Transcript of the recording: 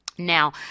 Now